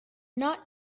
not